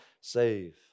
save